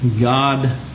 God